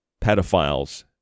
pedophiles